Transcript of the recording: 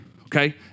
okay